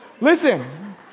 Listen